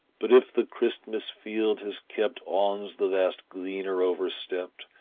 but if the christmas field has kept awns the last gleaner overstept,